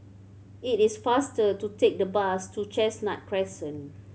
it is faster to take the bus to Chestnut Crescent